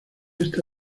esta